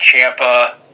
champa